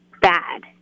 bad